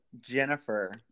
Jennifer